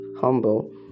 humble